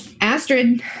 Astrid